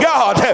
God